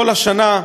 כל השנה,